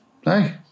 hey